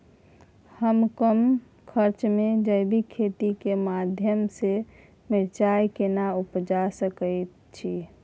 हम कम खर्च में जैविक खेती के माध्यम से मिर्चाय केना उपजा सकेत छी?